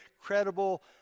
credible